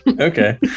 okay